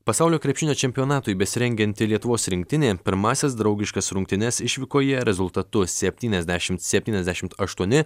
pasaulio krepšinio čempionatui besirengianti lietuvos rinktinė pirmąsias draugiškas rungtynes išvykoje rezultatu septyniasdešimt septyniasdešimt aštuoni